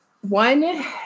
one